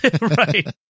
Right